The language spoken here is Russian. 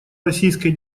российской